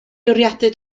bwriadu